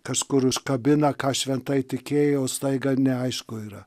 kažkur užkabina ką šventai tikėjai o staiga neaišku yra